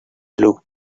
looked